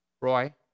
Roy